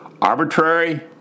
arbitrary